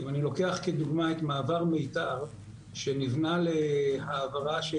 אם אני לוקח כדוגמה את מעבר מיתר שנבנה להעברה של